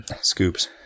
scoops